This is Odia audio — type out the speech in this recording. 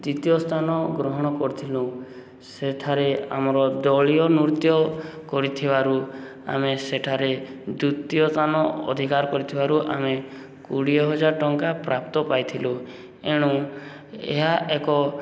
ଦ୍ୱିତୀୟ ସ୍ଥାନ ଗ୍ରହଣ କରିଥିଲୁ ସେଠାରେ ଆମର ଦଳୀୟ ନୃତ୍ୟ କରିଥିବାରୁ ଆମେ ସେଠାରେ ଦ୍ୱିତୀୟ ସ୍ଥାନ ଅଧିକାର କରିଥିବାରୁ ଆମେ କୋଡ଼ିଏ ହଜାର ଟଙ୍କା ପ୍ରାପ୍ତ ପାଇଥିଲୁ ଏଣୁ ଏହା ଏକ